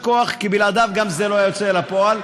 כי בלעדיו גם זה לא היה יוצא אל הפועל,